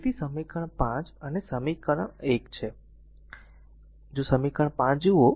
તેથી સમીકરણ 5 અને સમીકરણ 1 છે જો સમીકરણ 5 જુઓ